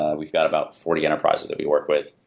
ah we've got about forty enterprises what we work with.